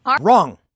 Wrong